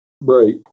Right